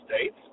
States